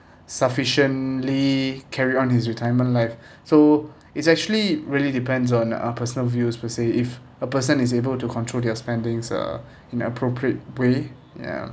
sufficiently carry on his retirement life so it's actually really depends on uh personal views per se if a person is able to control their spendings uh in appropriate way ya